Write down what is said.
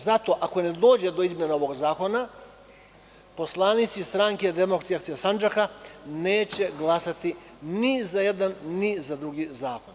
Zato, ako ne dođe do izmene ovog zakona, poslanici Stranke demokratske akcije Sandžaka neće glasati ni za jedan ni za drugi zakon.